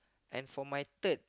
and for my third